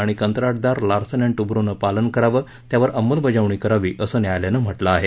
आणि कंत्राटदार लार्सन आणि टूब्रोनं पालन करावं त्यावर आंमलबजावणी करावी असं न्यायालयानं म्हटलं आहे